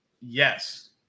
Yes